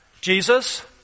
Jesus